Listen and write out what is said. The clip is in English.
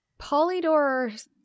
Polydor